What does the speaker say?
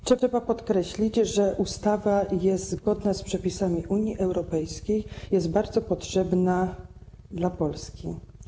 Trzeba podkreślić, że ustawa jest zgodna z przepisami Unii Europejskiej i jest bardzo potrzebna Polsce.